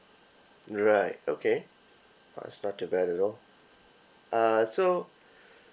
right okay uh it's not too bad at all uh so